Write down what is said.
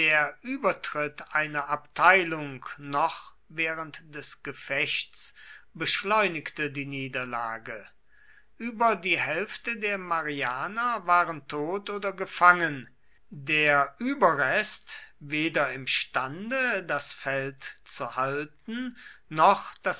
übertritt einer abteilung noch während des gefechts beschleunigte die niederlage über die hälfte der marianer waren tot oder gefangen der überrest weder imstande das feld zu halten noch